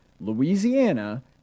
Louisiana